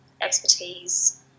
expertise